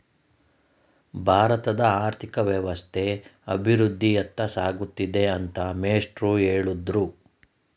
ಭಾರತದ ಆರ್ಥಿಕ ವ್ಯವಸ್ಥೆ ಅಭಿವೃದ್ಧಿಯತ್ತ ಸಾಗುತ್ತಿದೆ ಅಂತ ಮೇಷ್ಟ್ರು ಹೇಳಿದ್ರು